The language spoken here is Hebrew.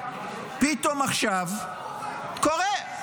פתאום עכשיו --- קורה.